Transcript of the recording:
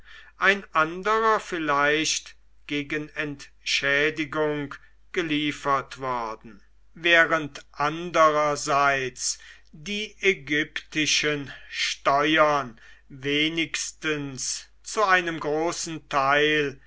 ein anderer vielleicht gegen entschädigung geliefert worden während andererseits die ägyptischen steuern wenigstens zu einem großen teil